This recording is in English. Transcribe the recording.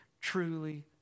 truly